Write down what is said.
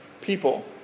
people